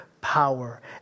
power